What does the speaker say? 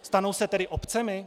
Stanou se tedy obcemi?